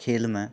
खेलमे